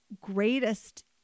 greatest